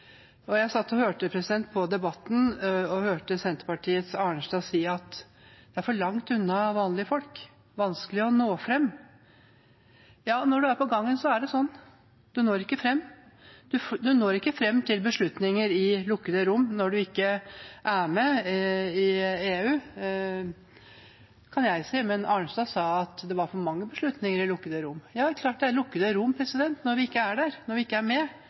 Jeg satt og hørte på debatten og hørte Senterparti-representanten Arnstad si at det er for langt unna vanlige folk, og at det er vanskelig å nå fram. Ja, når man er på gangen, er det sånn – man når ikke fram. Man når ikke fram til beslutninger i lukkede rom når man ikke er med i EU. Det ser jeg, men Arnstad sa at det var for mange beslutninger i lukkede rom. Det er klart det er lukkede rom når vi ikke er der, når vi ikke er med.